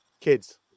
kids